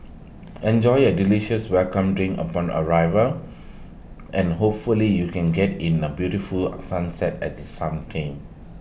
enjoy A delicious welcome drink upon arrival and hopefully you can get in the beautiful sunset at the same time